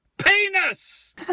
penis